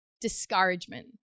discouragement